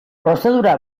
prozedura